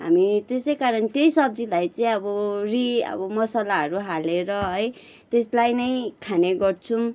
हामी त्यसैकारण त्यही सब्जीलाई चाहिँ अब रि अब मसालाहरू हालेर है त्यसलाई नै खाने गर्छौँ